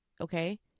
Okay